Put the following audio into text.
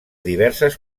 diverses